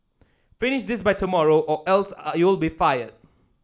finish this by tomorrow or else are you'll be fired